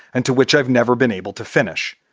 and to which i've never been able to finish.